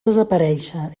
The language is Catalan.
desaparèixer